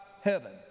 heaven